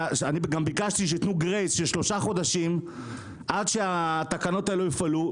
גם ביקשתי שייתנו גרייס של שלושה חודשים עד שהתקנות האלה יופעלו,